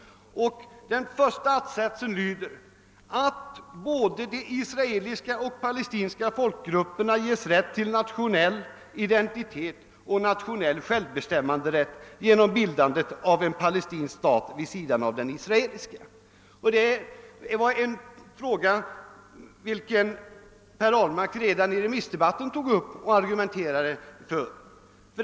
Den första att-satsen lyder »att både de israeliska och palestinska folkgrup perna ges. rätt till nationell identitet och nationell självbestämmanderätt genom bildandet av en Palestinsk stat vid sidan av den israeliska». Det är ett förslag som herr Ahlmark redan i remissdebatten argumenterade för.